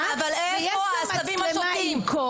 אבל איפה העשבים השוטים?